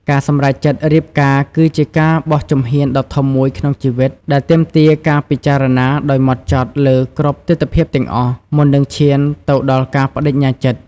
ការសម្រេចចិត្តរៀបការគឺជាការបោះជំហានដ៏ធំមួយក្នុងជីវិត ដែលទាមទារការពិចារណាដោយហ្មត់ចត់លើគ្រប់ទិដ្ឋភាពទាំងអស់ មុននឹងឈានទៅដល់ការប្តេជ្ញាចិត្ត។